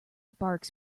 barks